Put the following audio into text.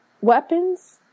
weapons